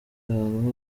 ahantu